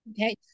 Okay